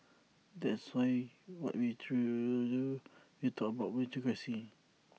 that's why what we try to do when we talked about meritocracy